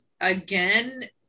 again